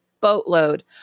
boatload